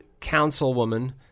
councilwoman